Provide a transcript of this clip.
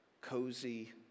cozy